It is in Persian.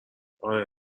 آره